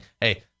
hey